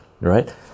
right